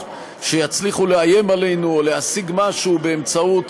שיצליחו לאיים עלינו או להשיג משהו באמצעות